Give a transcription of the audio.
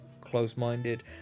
close-minded